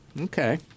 okay